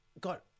got